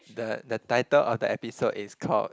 the the title of the episode is called